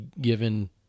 given